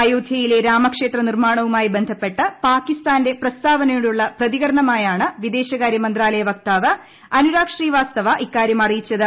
അയോധൃയിലെ രാമക്ഷേത്ര നിർമാണവുമായി ബന്ധപ്പെട്ട് പാകിസ്ഥാന്റെ പ്രസ്താവനയോടുള്ള പ്രതികരണമായാണ് വിദേശ കാര്യ മന്ത്രാലയ വക്താവ് അനുരാഗ് ശ്രീവാസ്തവ ഇക്കാര്യം അറിയിച്ചത്